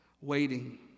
waiting